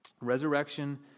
Resurrection